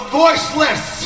voiceless